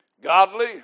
godly